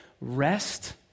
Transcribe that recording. rest